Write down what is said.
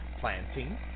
planting